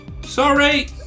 sorry